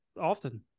often